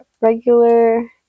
regular